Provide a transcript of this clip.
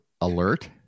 Alert